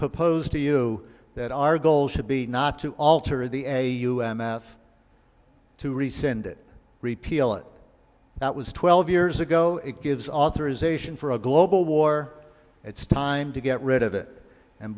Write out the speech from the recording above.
propose to you that our goal should be not to alter the a u n mouth to rescind it repeal it that was twelve years ago it gives authorization for a global war it's time to get rid of it and